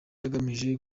agamije